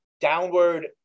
downward